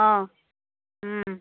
অঁ